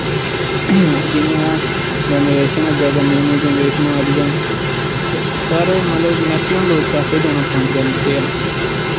जि'यां ना जनरेशन अग्गें अग्गें जनरेशन आ दियां सारे मतलब मैकसिमम लोग कैफे जाना पसंद करदे ऐ